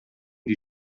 die